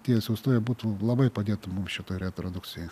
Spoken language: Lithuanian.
tie siųstuvai būtų labai padėtų mums šitoj reintrodukcijoj